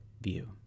view